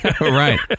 Right